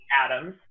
Adams